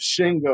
Shingo